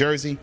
jersey